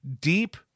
deep